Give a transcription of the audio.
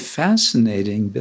fascinating